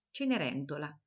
Cenerentola